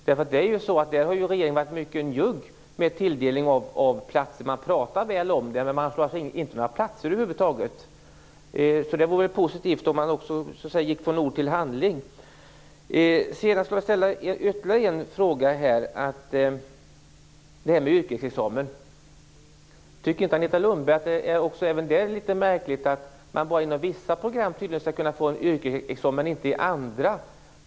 Där har ju regeringen varit mycket njugg med tilldelningen av platser. Man pratar väl om det, men man tilldelar inte några platser över huvud taget. Det vore positivt om man så att säga gick från ord till handling. Min tredje fråga är: Tycker inte Agneta Lundberg att det också med avseende på yrkesexamen är litet märkligt att man tydligen inom bara vissa program skall kunna få en yrkesexamen, men inte inom andra?